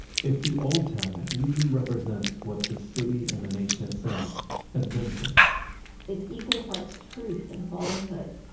it's the old town that really represents what the city and the nation itself has been through it's equal parts truth and falsehood.